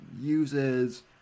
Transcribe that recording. uses